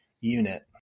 unit